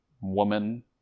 woman